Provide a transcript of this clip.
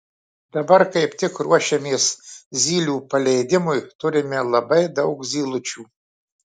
dabar kaip tik ruošiamės zylių paleidimui turime labai daug zylučių